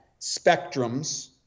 spectrums